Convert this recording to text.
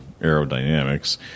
aerodynamics